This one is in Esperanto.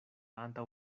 antaŭ